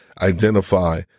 identify